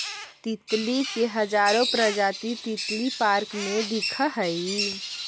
तितली के हजारो प्रजाति तितली पार्क में दिखऽ हइ